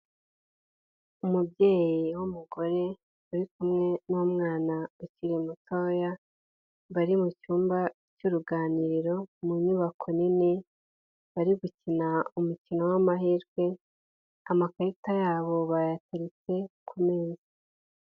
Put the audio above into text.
Umubyeyi w'umugore uri kumwe n'umwana ukiri mutoya, bari mu cyumba cy'uruganiriro, mu nyubako nini, bari gukina umukino w'amahirwe, amakarita yabo bayateretse ku meza.